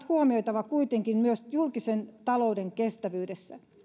huomioitava kuitenkin myös julkisen talouden kestävyydessä